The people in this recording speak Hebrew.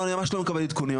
לא אני ממש לא מקבל עדכונים,